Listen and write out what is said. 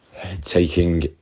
taking